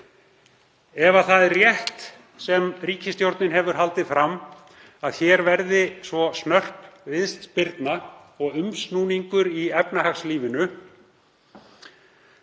Ef það er rétt sem ríkisstjórnin hefur haldið fram, að hér verði svo snörp viðspyrna og umsnúningur í efnahagslífinu